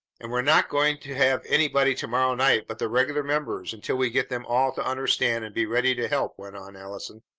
and we're not going to have anybody to-morrow night but the regular members until we get them all to understand and be ready to help, went on allison.